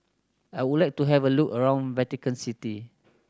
I would like to have a look around Vatican City